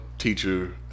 teacher